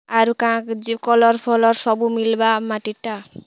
ଆରୁ କାଁ ଯେ କଲର୍ ଫଲର୍ ସବୁ ମିଲ୍ବା ମାଟିର୍ଟା